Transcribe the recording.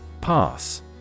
Pass